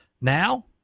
Now